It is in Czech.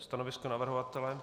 Stanovisko navrhovatele?